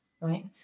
right